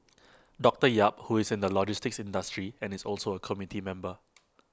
doctor yap who is in the logistics industry and is also A committee member